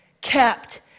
kept